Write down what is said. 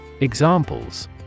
Examples